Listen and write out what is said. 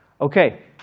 Okay